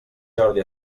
jordi